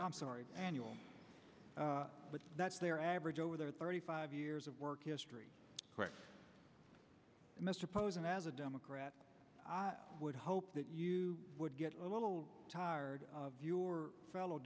i'm sorry annual but that's their average over their thirty five years of work history mr posen as a democrat i would hope that you would get a little tired of your fellow